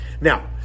Now